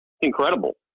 incredible